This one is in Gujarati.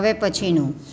હવે પછીનું